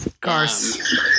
cars